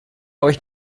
euch